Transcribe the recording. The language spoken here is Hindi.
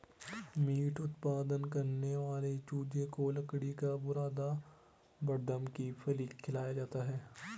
मीट उत्पादन करने वाले चूजे को लकड़ी का बुरादा बड़दम की फली खिलाया जाता है